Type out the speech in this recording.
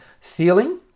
Ceiling